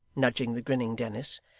nudging the grinning dennis.